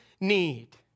need